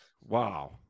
Wow